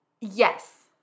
Yes